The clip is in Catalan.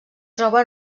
troba